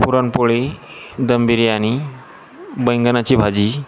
पुरणपोळी दम बिर्याणी बैंगनाची भाजी